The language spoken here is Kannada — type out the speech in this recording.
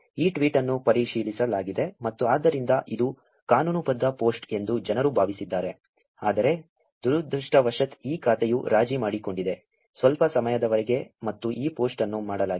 ಈ ಟ್ವೀಟ್ ಅನ್ನು ಪರಿಶೀಲಿಸಲಾಗಿದೆ ಮತ್ತು ಆದ್ದರಿಂದ ಇದು ಕಾನೂನುಬದ್ಧ ಪೋಸ್ಟ್ ಎಂದು ಜನರು ಭಾವಿಸಿದ್ದಾರೆ ಆದರೆ ದುರದೃಷ್ಟವಶಾತ್ ಈ ಖಾತೆಯು ರಾಜಿ ಮಾಡಿಕೊಂಡಿದೆ ಸ್ವಲ್ಪ ಸಮಯದವರೆಗೆ ಮತ್ತು ಈ ಪೋಸ್ಟ್ ಅನ್ನು ಮಾಡಲಾಗಿದೆ